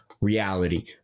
reality